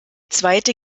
zweite